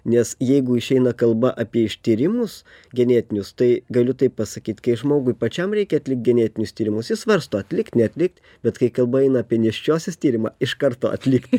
nes jeigu išeina kalba apie ištyrimus genetinius tai galiu taip pasakyt kai žmogui pačiam reikia atlikt genetinius tyrimus jis svarsto atlikt neatlikti bet kai kalba eina apie nėščiosios tyrimą iš karto atlikt